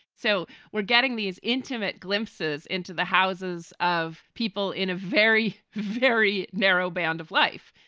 so we're getting these intimate glimpses into the houses of people in a very, very narrow band of life,